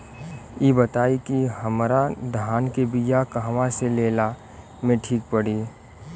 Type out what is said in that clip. इ बताईं की हमरा धान के बिया कहवा से लेला मे ठीक पड़ी?